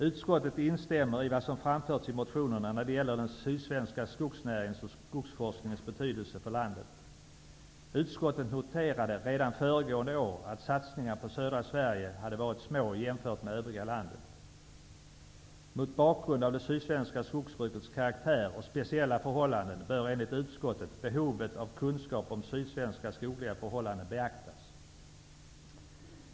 Utskottet instämmer i vad som framförts i motionerna när det gäller den sydsvenska skogsnäringens och skogsforskningens betydelse för landet. Utskottet noterade redan föregående år att satsningarna på södra Sverige hade varit små jämfört med övriga landet. Mot bakgrund av det sydsvenska skogsbrukets karaktär och speciella förhållanden bör enligt utskottet behovet av kunskap om sydsvenska skogliga förhållanden beaktas.